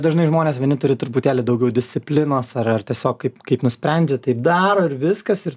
dažnai žmonės vieni turi truputėlį daugiau disciplinos ar ar tiesiog kaip kaip nusprendžia taip daro ir viskas ir